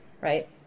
right